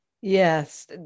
Yes